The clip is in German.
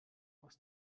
aus